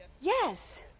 Yes